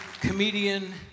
comedian